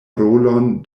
rolon